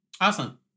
Awesome